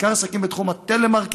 בעיקר עסקים בתחום הטלמרקטינג,